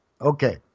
Okay